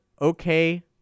okay